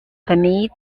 commit